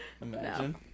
Imagine